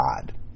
God